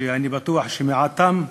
שאני בטוח שמיעוטם,